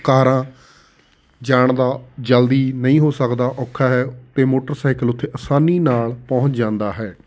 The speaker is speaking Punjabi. ਕਾਰਾਂ ਜਾਣਦਾ ਜਲਦੀ ਨਹੀਂ ਹੋ ਸਕਦਾ ਔਖਾ ਹੈ ਅਤੇ ਮੋਟਰਸਾਈਕਲ ਉੱਥੇ ਆਸਾਨੀ ਨਾਲ ਪਹੁੰਚ ਜਾਂਦਾ ਹੈ